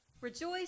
rejoice